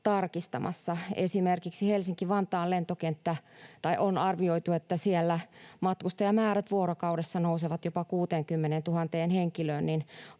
arvioitu, että esimerkiksi Helsinki-Vantaan lentokentällä matkustajamäärät vuorokaudessa nousevat jopa 60 000 henkilöön,